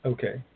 Okay